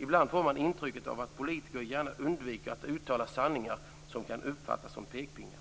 Ibland får man intrycket att politiker gärna undviker att uttala sanningar som kan uppfattas som pekpinnar.